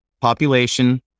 population